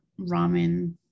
ramen